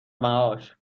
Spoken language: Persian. معاش